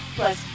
plus